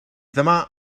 demà